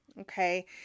Okay